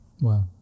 Wow